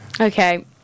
Okay